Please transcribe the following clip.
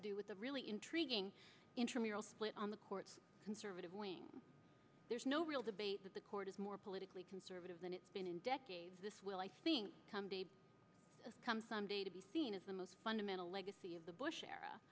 to do with a really intriguing intramural split on the court's conservative wing there's no real debate that the court is more politically conservative than it's been in decades this will i think come some day to be seen as the most fundamental legacy of the bush era